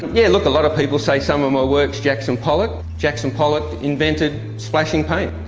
yeah, look a lot of people say some of my work's jackson pollock. jackson pollock invented splashing paint,